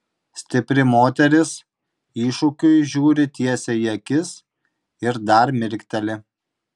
stipri moteris iššūkiui žiūri tiesiai į akis ir dar mirkteli